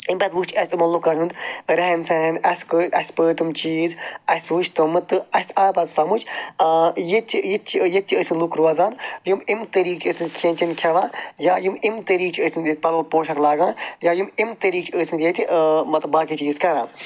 اَمہِ پتہٕ وٕچھ اَسہِ یِمَن لُکَن ہُنٛد رہَن سہَن اَسہِ کٔرۍ اَسہِ پٔرۍ تِم چیٖز اَسہِ وٕچھ تِمہٕ تہٕ اَسہِ آو پتہٕ سَمجھ یِہِ تہِ چھِ یِہِ تہِ چھِ ییٚتہِ چھِ ٲسۍمٕتۍ لُکھ روزان یِم اَمہِ طریٖقہٕ چھِ ٲسۍمٕتۍ کھٮ۪ن چٮ۪ن کھٮ۪وان یا یِم اَمہِ طریٖقہٕ چھِ ٲسۍمٕتۍ ییٚتہِ پَلَو پوشاک لاگان یا یِم اَمہِ طریٖقہٕ چھِ ٲسۍمٕتۍ ییٚتہِ مطلب باقٕے چیٖز کران